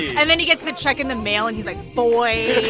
and then he gets the check in the mail, and he's like void,